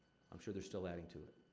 i'm sure they're still adding to it.